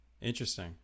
Interesting